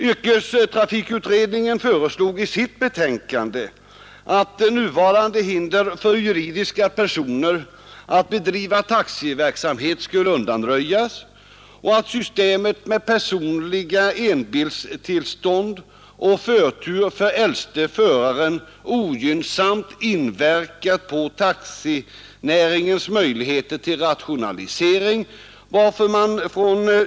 Yrkestrafikutredningen föreslår i sitt betänkande att nuvarande hinder för juridiska personer att bedriva taxiverksamhet skall undanröjas och anser att systemet med personliga enbilstillstånd och förtur för äldste föraren ogynnsamt inverkar på taxinäringens rationaliseringsmöjligheter.